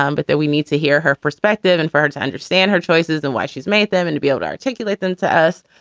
um but that we need to hear her perspective and for her to understand her choices and why she's made them and to be able to articulate them to us,